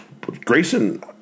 Grayson